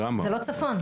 זה לא צפון.